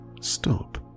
stop